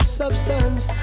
substance